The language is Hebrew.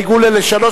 העיגול הוא ל-30,